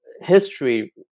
history